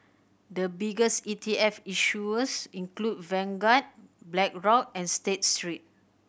the biggest E T F issuers include Vanguard Blackrock and State Street